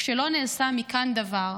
כשלא נעשה מכאן דבר.